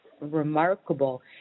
remarkable